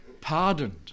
pardoned